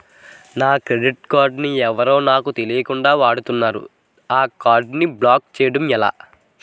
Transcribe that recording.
నా credit card ఎవరో నాకు తెలియకుండా వాడుకున్నారు నేను నా కార్డ్ ని బ్లాక్ చేయడం ఎలా?